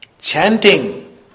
chanting